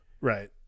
Right